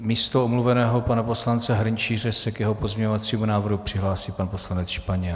Místo omluveného pana poslance Hrnčíře se k jeho pozměňovacímu návrhu přihlásil pan poslanec Španěl.